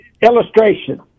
Illustration